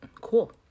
cool